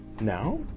Now